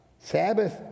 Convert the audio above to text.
Sabbath